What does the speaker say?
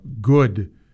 good